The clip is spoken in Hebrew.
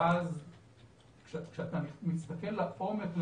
וכשאתה מסתכל לעומק,